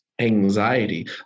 anxiety